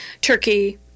Turkey